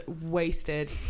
wasted